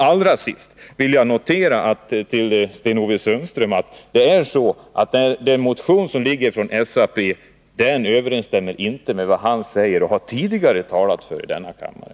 Allra sist vill jag påpeka för Sten-Ove Sundström, att motionen som har väckts från SAP inte överensstämmer med vad han själv säger och tidigare har talat för i denna kammare.